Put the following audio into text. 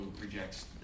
rejects